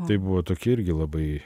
tai buvo tokie irgi labai